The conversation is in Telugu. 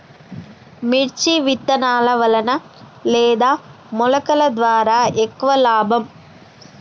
మిర్చి విత్తనాల వలన లేదా మొలకల ద్వారా ఎక్కువ లాభం?